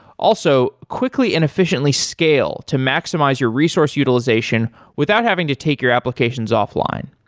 also, quickly and efficiently scale to maximize your resource utilization without having to take your applications offline.